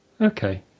Okay